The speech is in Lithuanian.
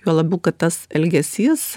juo labiau kad tas elgesys